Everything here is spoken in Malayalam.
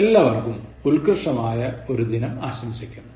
എല്ലാവർക്കും ഉത്കൃഷ്ടമായ ഒരു ദിനം ആശംസിക്കുന്നു